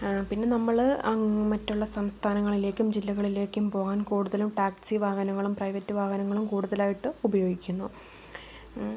പിന്നെ നമ്മള് മറ്റുള്ള സംസ്ഥാനങ്ങളിലേക്കും ജില്ലകളിലേക്കും പോവാന് കൂടുതലും ടാക്സി വാഹനങ്ങളും പ്രൈവറ്റ് വാഹനങ്ങളും കൂടുതലായിട്ട് ഉപയോഗിക്കുന്നു